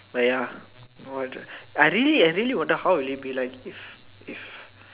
but ya what the I really I really wonder how will it be like if if